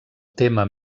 tema